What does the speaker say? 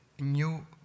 new